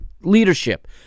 leadership